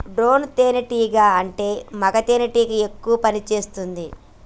drone తేనే టీగా అంటే మగ తెనెటీగ ఎక్కువ పని చేస్తుంది